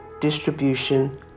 distribution